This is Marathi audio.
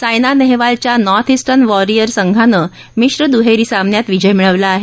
सायना नेहवालच्या नॉर्थ उंटर्न वारिअर्स संघानं मिश्र दुहेरी सामन्यात विजय मिळवला आहे